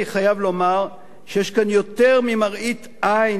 אני חייב לומר שיש כאן יותר ממראית עין